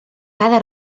cada